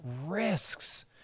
risks